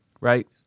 right